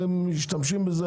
המוצרים האלה מפוקחים,